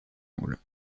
angle